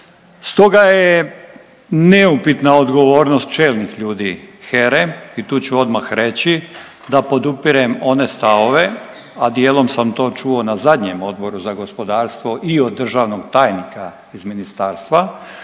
Stoga je neupitna odgovornost čelnih ljudi HERA-e i tu ću odmah reći da podupirem one stavove, a dijelom sam to čuo na zadnjem Odboru za gospodarstvo i od državnog tajnika iz ministarstva